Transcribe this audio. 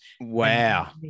Wow